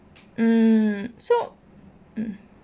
um so